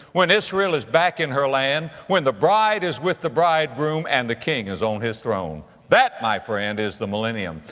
when israel is back in her land, when the bride is with the bridegroom and the king is on on his throne. that, my friend, is the millennium.